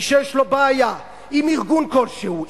מי שיש לו בעיה עם ארגון כלשהו,